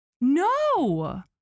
no